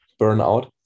burnout